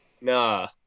Nah